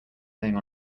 laying